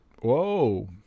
Whoa